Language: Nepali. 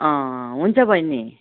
अँ हुन्छ बैनी